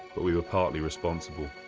but we were partly responsible.